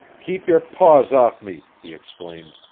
keep your paws off me! he exclaimed.